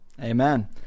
Amen